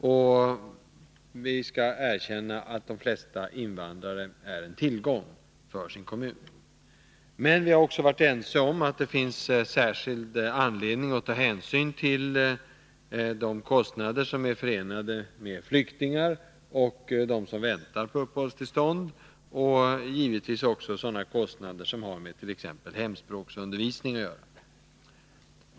Vi skall också erkänna att de flesta invandrare är en tillgång för sin kommun. Men vi har också varit ense om att det finns särskild anledning att ta hänsyn till de kostnader som är förenade med flyktingar och dem som väntar på uppehållstillstånd och givetvis sådana kostnader som har med hemspråksundervisningen att göra.